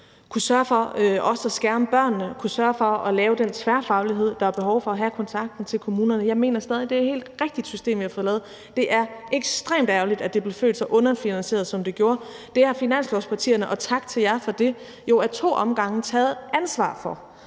kunne sørge for også at skærme børnene og kunne sørge for at lave den tværfaglighed, der er behov for, og have kontakten til kommunerne. Jeg mener stadig, det er et helt rigtigt system, vi har fået lavet. Det er ekstremt ærgerligt, at det blev født så underfinansieret, som det gjorde. Der har finanslovspartierne – og tak til jer for det – jo ad to omgange taget ansvar for